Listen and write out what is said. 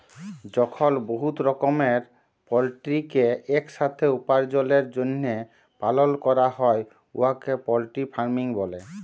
যখল বহুত রকমের পলটিরিকে ইকসাথে উপার্জলের জ্যনহে পালল ক্যরা হ্যয় উয়াকে পলটিরি ফার্মিং ব্যলে